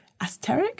Asteric